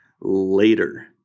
later